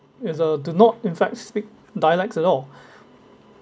itself do not in fact speak dialects at all